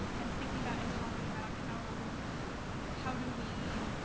am thinking about and talking about how how do we